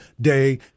day